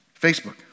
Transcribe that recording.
Facebook